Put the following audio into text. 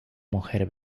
mujer